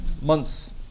months